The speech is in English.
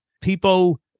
people